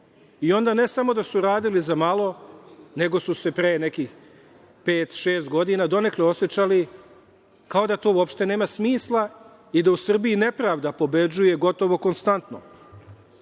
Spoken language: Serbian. i onda ne samo da su radili za malo, nego su se pre nekih pet, šest godina donekle osećali kao da to uopšte nema smisla i da u Srbiji nepravda pobeđuje, gotovo konstantno. Stoga